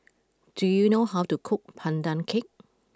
do you know how to cook Pandan Cake